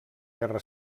guerra